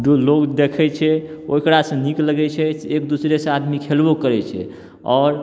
दू लोग देखैत छै ओकरासँ नीक लगैत छै एक दूसरेसँ आदमी खेलबो करैत छै आओर